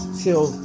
till